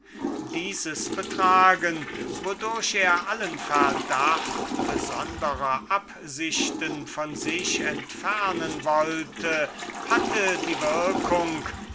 dieses betragen wodurch er allen verdacht als ob er aus besondern absichten nach syracus gekommen sei von sich entfernen wollte hatte die würkung